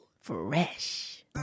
fresh